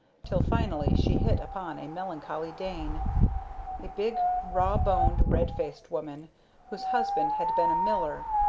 till finally she hit upon a melancholy dane a big rawboned red-faced woman whose husband had been a miller,